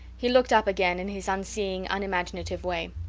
he looked up again in his unseeing, unimaginative way.